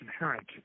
inherent